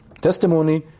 Testimony